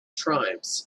tribes